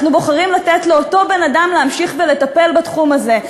אנחנו בוחרים לתת לאותו בן-אדם להמשיך ולטפל בתחום הזה,